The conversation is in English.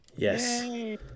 Yes